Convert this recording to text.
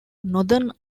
northern